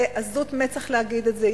זה עזות מצח להגיד את זה.